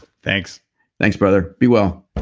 thanks thanks, brother. be well